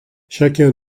chacun